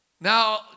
Now